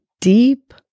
deep